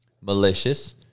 malicious